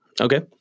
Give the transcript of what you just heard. Okay